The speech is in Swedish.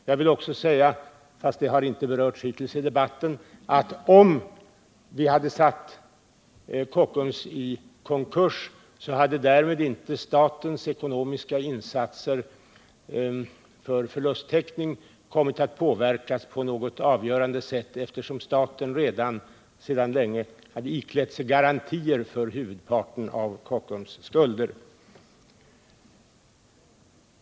Jag vill också säga — fast det hittills inte har berörts i debatten —-att om vi hade satt Kockums i konkurs, hade statens ekonomiska insatser för förlusttäckning därmed inte kommit att påverkas på något avgörande sätt, eftersom staten redan för länge sedan iklätt sig garantier för huvudparten av Kockums skulder.